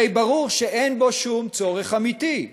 הרי ברור שאין בו שום צורך אמיתי.